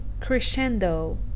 Crescendo